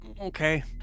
Okay